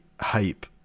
hype